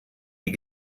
die